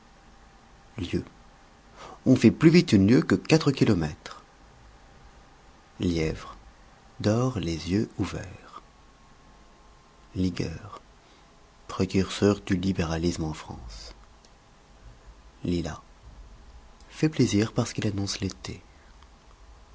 on fait plus vite une lieue que quatre kilomètres lièvre dort les yeux ouverts ligueurs précurseurs du libéralisme en france lilas fait plaisir parce qu'il annonce l'été